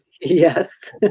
Yes